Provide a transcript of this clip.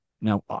Now